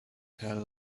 tell